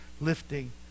lifting